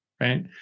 Right